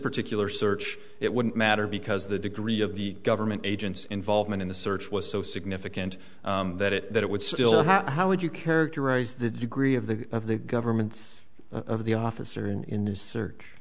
particular search it wouldn't matter because the degree of the government agents involvement in the search was so significant that it that it would still how would you characterize the degree of the of the government of the officer in new search